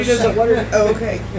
okay